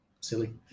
silly